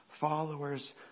followers